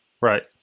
Right